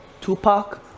Tupac